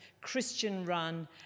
Christian-run